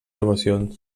devocions